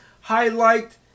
highlight